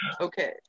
Okay